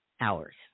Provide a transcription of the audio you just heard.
hours